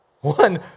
One